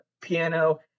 piano